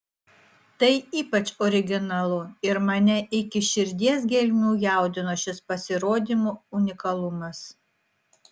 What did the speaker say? tai ypač originalu ir mane iki širdies gelmių jaudino šis pasirodymo unikalumas